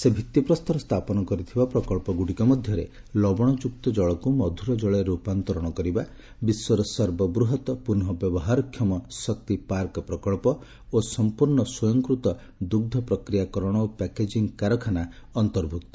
ସେ ଭିତ୍ତିପ୍ରସ୍ତର ସ୍ଥାପନ କରିଥିବା ପ୍ରକଳ୍ପଗୁଡ଼ିକ ମଧ୍ୟରେ ଲବଶଯୁକ୍ତ ଜଳକୁ ମଧୁର ଜଳରେ ରୂପାନ୍ତରଣ କରିବା ବିଶ୍ୱର ସର୍ବବୃହତ ପୁନର୍ବ୍ୟବହାର କ୍ଷମ ଶକ୍ତି ପାର୍କ ପ୍ରକଳ୍ପ ଓ ସମ୍ପୂର୍ଣ୍ଣ ସ୍ୱୟଂକୃତ ଦୁଗ୍ଧ ପ୍ରକ୍ରିୟାକରଣ ଓ ପ୍ୟାକେଜିଙ୍ଗ୍ କାରଖାନା ଅନ୍ତର୍ଭୁକ୍ତ